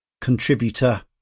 contributor